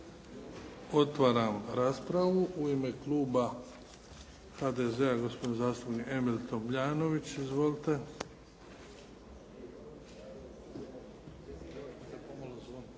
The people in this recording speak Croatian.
Otvaram raspravu. U ime kluba HDZ-a gospodin zastupnik Emil Tomljanović. Izvolite.